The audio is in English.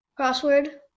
crossword